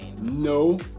no